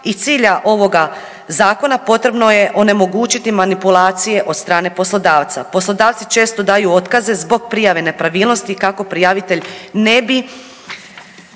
i cilja ovoga zakona potrebno je onemogućiti manipulacije od strane poslodavca. Poslodavci često daju otkaze zbog prijave nepravilnosti kako prijavitelj ne bi,